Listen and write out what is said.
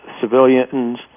civilians